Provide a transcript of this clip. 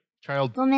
child